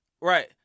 right